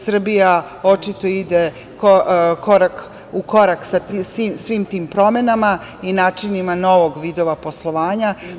Srbija očito ide u korak sa svim tim promenama i načinima novih vidova poslovanja.